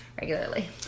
Regularly